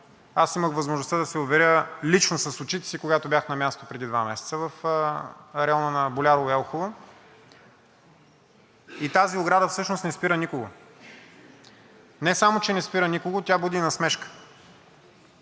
Аз имах възможността да се уверя лично с очите си, когато бях на място преди два месеца в района на Болярово и Елхово и тази ограда всъщност не спира никого. Не само, че не спира никого, тя буди насмешка.